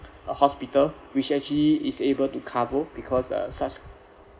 a hospital which actually is able to cover because uh such